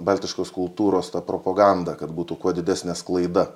baltiškos kultūros ta propaganda kad būtų kuo didesnė sklaida